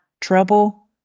trouble